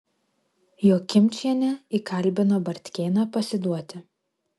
jokimčienė įkalbino bartkėną pasiduoti